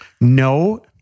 No